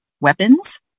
weapons